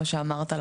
כמו שאמרת,